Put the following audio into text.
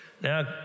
Now